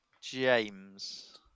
James